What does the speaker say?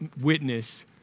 witness